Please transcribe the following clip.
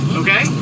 okay